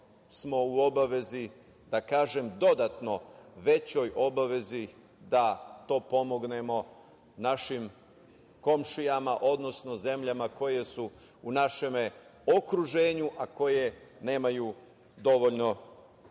smo u obavezi, da kažem, dodatno većoj obavezi da pomognemo našim komšijama, odnosno zemljama koje su u našem okruženju, a koje nemaju dovoljno